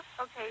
okay